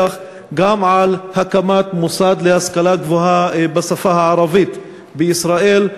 גם על הקמת מוסד להשכלה גבוהה בשפה הערבית בישראל.